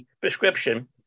prescription